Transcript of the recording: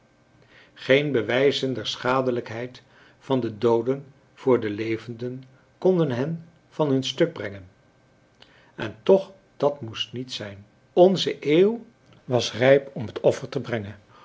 geen bewijzen der schadelijkheid van de dooden voor de levenden konden hen van hun stuk brengen en toch dat moest niet zijn onze eeuw was rijp om het offer te brengen